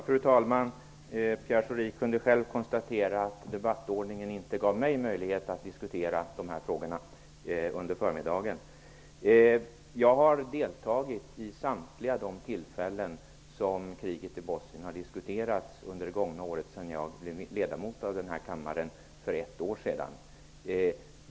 Fru talman! Pierre Schori kunde själv konstatera att debattordningen inte gav mig möjlighet att diskutera dessa frågor under förmiddagen. Sedan jag blev ledamot av denna kammare för ett år sedan har jag varit med vid samtliga de tillfällen som kriget i Bosnien har diskuterats.